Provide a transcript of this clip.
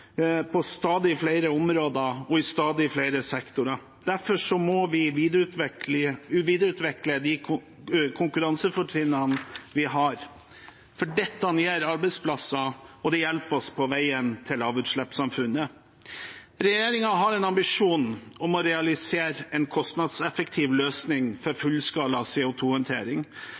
på stadig flere områder og i stadig flere sektorer. Derfor må vi videreutvikle de konkurransefortrinnene vi har, for dette gir arbeidsplasser, og det hjelper oss på veien mot lavutslippssamfunnet. Regjeringen har en ambisjon om å realisere en kostnadseffektiv løsning for fullskala